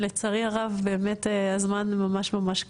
לצערי הרב באמת הזמן ממש ממש קצר,